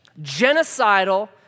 genocidal